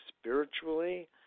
spiritually